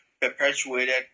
perpetuated